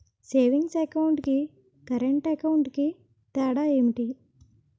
Savings account కి current account కి తేడా ఏమిటి?